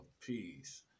Peace